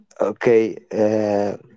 okay